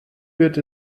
wird